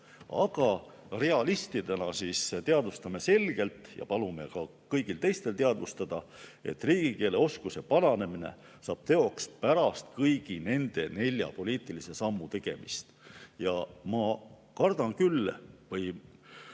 Aga realistidena teadvustame selgelt ja palume ka kõigil teistel teadvustada, et riigikeeleoskuse paranemine saab teoks pärast kõigi nende nelja poliitilise sammu tegemist. Ja ma kardan küll või